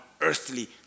earthly